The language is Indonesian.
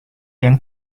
yang